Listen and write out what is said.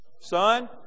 Son